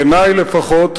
בעיני לפחות,